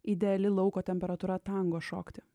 ideali lauko temperatūra tango šokti